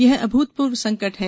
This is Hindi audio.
यह अभूतपूर्व संकट है